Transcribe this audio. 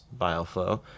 bioflow